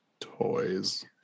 Toys